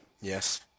Yes